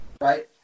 Right